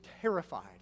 terrified